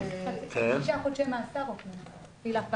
שישה חודשי מאסר או קנס.